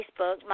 Facebook